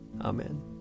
Amen